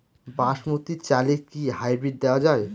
বাসমতী চালে কি হাইব্রিড দেওয়া য়ায়?